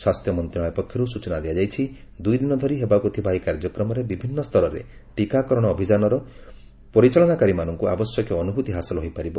ସ୍ୱାସ୍ଥ୍ୟ ମନ୍ତ୍ରଣାଳୟ ପକ୍ଷରୁ ସ୍ଟଚନା ଦିଆଯାଇଛି ଦୁଇଦିନ ଧରି ହେବାକୁ ଥିବା ଏହି କାର୍ଯ୍ୟକ୍ରମରେ ବିଭିନ୍ନ ସ୍ତରରେ ଟୀକାକରଣ ଅଭିଯାନର ପରିଚାଳନାକାରୀମାନଙ୍କୁ ଆବଶ୍ୟକୀୟ ଅନୁଭୂତି ହାସଲ ହୋଇପାରିବ